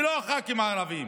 ולא הח"כים הערבים.